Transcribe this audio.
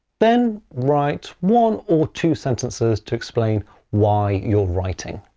then write one or two sentences to explain why you're writing.